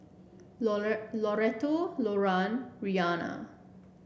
Loretto Loran Rhianna